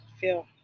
feel